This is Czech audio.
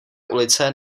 ulice